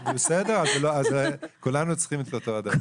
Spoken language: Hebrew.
בהצלחה